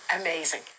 amazing